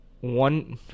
one